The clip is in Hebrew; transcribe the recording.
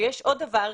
יש עוד דבר.